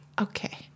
okay